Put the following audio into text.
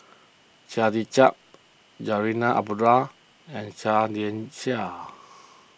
Chia Tee Chiak Zarinah Abdullah and Seah Liang Seah